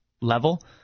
level